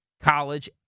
college